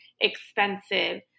expensive